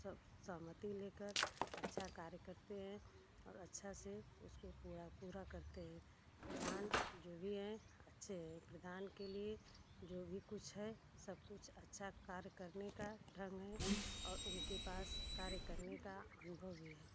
सहमति लेकर अच्छा कार्य करते हैं और अच्छा से उसको पूरा पूरा करते हैं प्रधान जो भी हैं अच्छे है प्रधान के लिए जो भी कुछ है सब कुछ अच्छा कार्य करने का ढंग है और उनके पास कार्य करने का अनुभव भी है